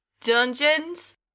Dungeons